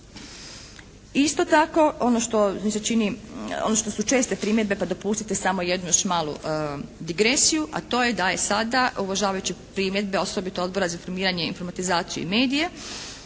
se čini, ono što su česte primjedbe pa dopustite samo jednu još malu digresiju a to je da je sada uvažavajući primjedbe osobito Odbora za informiranje, informatizaciju i medije